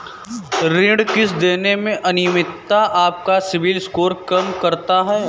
ऋण किश्त देने में अनियमितता आपका सिबिल स्कोर कम करता है